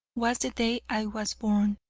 was the day i was born.